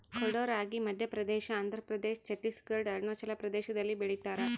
ಕೊಡೋ ರಾಗಿ ಮಧ್ಯಪ್ರದೇಶ ಆಂಧ್ರಪ್ರದೇಶ ಛತ್ತೀಸ್ ಘಡ್ ಅರುಣಾಚಲ ಪ್ರದೇಶದಲ್ಲಿ ಬೆಳಿತಾರ